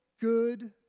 good